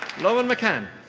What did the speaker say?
lauren mccann.